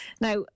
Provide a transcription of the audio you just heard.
Now